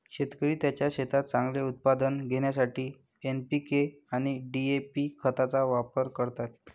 शेतकरी त्यांच्या शेतात चांगले उत्पादन घेण्यासाठी एन.पी.के आणि डी.ए.पी खतांचा वापर करतात